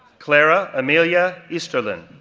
clara amelia easterlin,